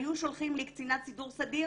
היו שולחים לי קצינת ביקור סדיר.